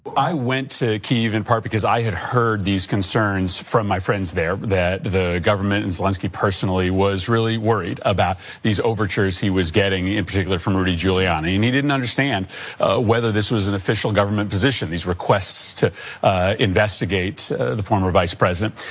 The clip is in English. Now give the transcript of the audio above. i went to kiev in part because i had heard these concerns from my friends there that the government, and zelensky personally, was really worried about these overtures he was getting, in particular from rudy guiliani. and he didn't understand whether this was an official government position, these requests to investigate the former vice president.